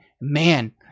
man